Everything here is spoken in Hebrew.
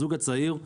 הזוג הצעיר,